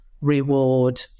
reward